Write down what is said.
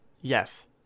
Yes